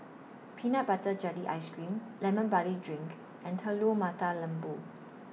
Peanut Butter Jelly Ice Cream Lemon Barley Drink and Telur Mata Lembu